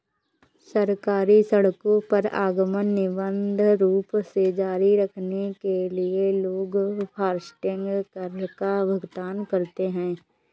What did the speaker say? सरकारी सड़कों पर आवागमन निर्बाध रूप से जारी रखने के लिए लोग फास्टैग कर का भुगतान करते हैं